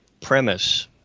premise